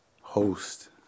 host